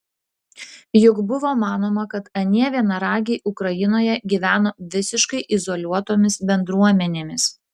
juk buvo manoma kad anie vienaragiai ukrainoje gyveno visiškai izoliuotomis bendruomenėmis